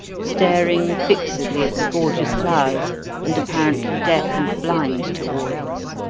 staring fixedly at the gorgeous flowers and apparently deaf and blind to all else.